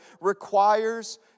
requires